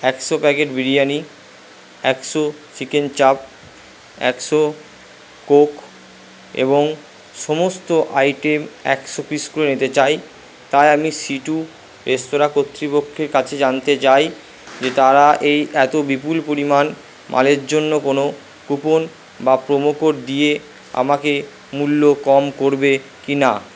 একশো প্যাকেট বিরিয়ানি একশো চিকেন চাপ একশো কোক এবং সমস্ত আইটেম একশো পিস করে নিতে চাই তাই আমি সিটু রেস্তরাঁ কর্তৃপক্ষের কাছে জানতে চাই যে তারা এই এতো বিপুল পরিমাণ মালের জন্য কোনো কুপন বা প্রোমো কোড দিয়ে আমাকে মূল্য কম করবে কিনা